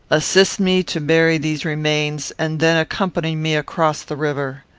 assist me to bury these remains, and then accompany me across the river.